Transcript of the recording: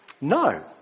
No